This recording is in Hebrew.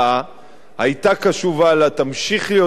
היתה קשובה לה, תמשיך להיות קשובה לה,